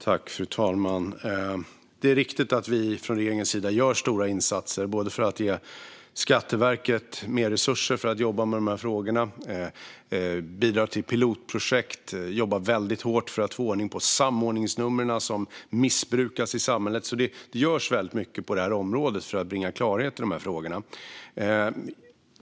Fru talman! Det är riktigt att regeringen gör stora insatser för att ge Skatteverket mer resurser för att jobba med dessa frågor och bidra till pilotprojekt. Man jobbar hårt för att få ordning på samordningsnumren, som missbrukas i samhället. Det görs alltså mycket på detta område för att bringa klarhet i dessa frågor.